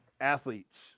athletes